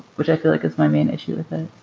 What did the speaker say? which i feel like is my main issue with it.